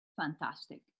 Fantastic